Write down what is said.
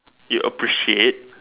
you appreciate